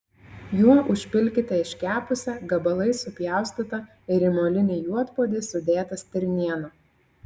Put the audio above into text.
juo užpilkite iškepusią gabalais supjaustytą ir į molinį juodpuodį sudėtą stirnieną